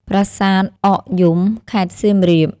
ប្រាសាទអកយំ ខេត្តសៀមរាប។